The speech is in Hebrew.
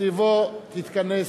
סביבו תתכנס,